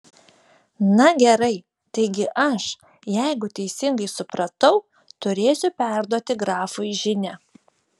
na gerai taigi aš jeigu teisingai supratau turėsiu perduoti grafui žinią